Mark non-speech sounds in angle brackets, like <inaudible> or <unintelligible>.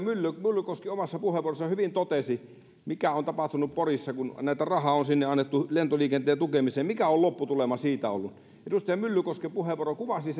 myllykoski omassa puheenvuorossaan hyvin totesi mitä on tapahtunut porissa kun tätä rahaa on sinne annettu lentoliikenteen tukemiseen ja mikä on lopputulema ollut edustaja myllykosken puheenvuoro kuvasi <unintelligible>